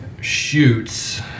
shoots